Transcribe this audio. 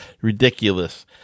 Ridiculous